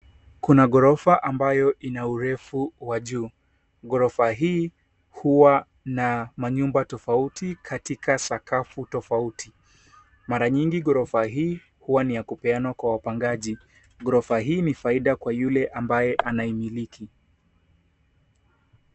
Kuna ghorofa ambayo ina urefu wa juu. Ghorofa hii huwa na manyumba tofauti katika sakafu tofauti. Mara nyingi ghorofa hii huwa ni ya kupeanwa kwa wapangaji. Ghorofa hii ni faida kwa yule ambaye anaimiliki.